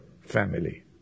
family